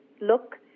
look